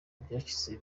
byahise